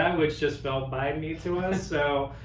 um which just felt biden-y to us. so,